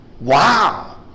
Wow